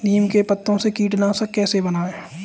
नीम के पत्तों से कीटनाशक कैसे बनाएँ?